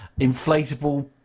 inflatable